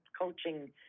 coaching